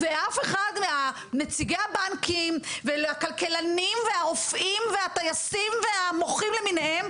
ואף אחד מנציגי הבנקים והכלכלנים והרופאים והטייסים והמוחים למיניהם,